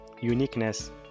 uniqueness